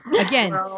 Again